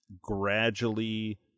gradually